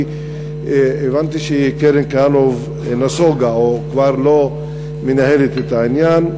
כי הבנתי שקרן כהנוף נסוגה או כבר לא מנהלת את העניין.